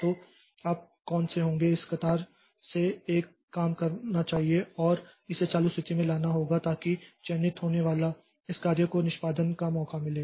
तो आप कौन से होंगे इस कतार से एक काम करना चाहिए और इसे चालू स्थिति में लाना होगा ताकि चयनित होने वाली इस कार्य को निष्पादन का मौका मिले